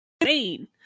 insane